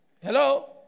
Hello